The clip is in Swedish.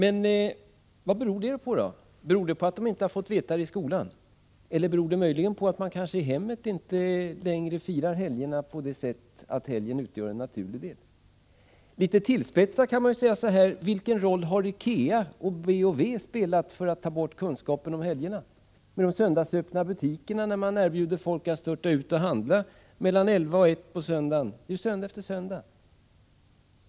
Vad beror det på? Beror det på att barnen i skolan inte har kunskaper om våra helger, eller beror det möjligen på att man i hemmen kanske inte längre firar helgerna på det sättet att helgen utgör en naturlig del? Litet tillspetsat kan man säga: Vilken roll har IKEA och B & W spelat för att ta bort kunskapen om helgerna? De har ju söndagsöppna butiker och erbjuder folk att störta ut och handla mellan elva och ett söndag efter söndag.